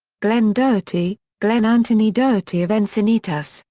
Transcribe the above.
glen doherty glen anthony doherty of encinitas,